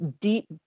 deep